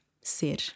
ser